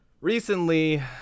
Recently